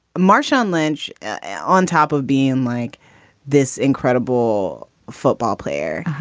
marshawn lynch on top of being like this incredible football player.